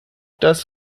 das